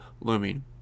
looming